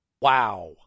Wow